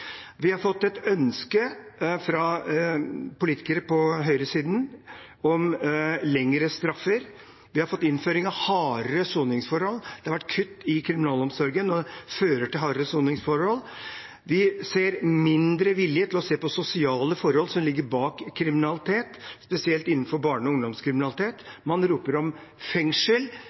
Vi har fått et ønske fra politikere på høyresiden om lengre straffer. Vi har fått innføring av hardere soningsforhold. Det har vært kutt i kriminalomsorgen, som fører til hardere soningsforhold. Vi ser mindre vilje til å se på sosiale forhold som ligger bak kriminalitet, spesielt innenfor barne- og ungdomskriminalitet. Man roper om fengsel,